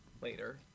later